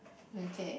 okay